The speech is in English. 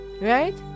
right